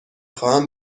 خواهم